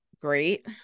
great